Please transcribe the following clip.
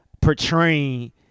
portraying